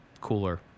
cooler